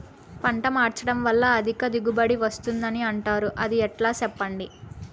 పంట మార్చడం వల్ల అధిక దిగుబడి వస్తుందని అంటారు అది ఎట్లా సెప్పండి